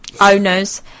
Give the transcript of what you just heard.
owners